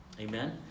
Amen